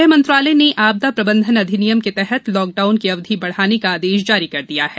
ग़ह मंत्रालय ने आपदा प्रबंधन अधिनियम के तहत लॉकडाउन की अवधि बढाने का आदेश जारी कर दिया है